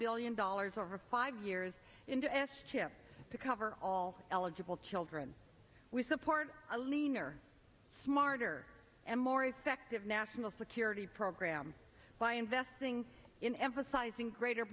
billion dollars over five years into s chip to cover all eligible children we support a leaner smarter and more effective national security program by investing in emphasizing greater